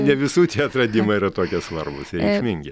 ne visų tie atradimai yra tokie svarbūs ir reikšmingi